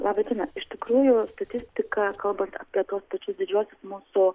laba diena iš tikrųjų statistika kalbant apie tuos pačius didžiuosius mūsų